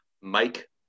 Mike